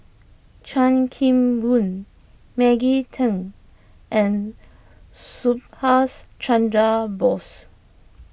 Chan Kim Boon Maggie Teng and Subhas Chandra Bose